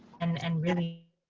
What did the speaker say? and and really